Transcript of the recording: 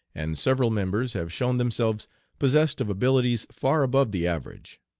and several members have shown themselves possessed of abilities far above the average.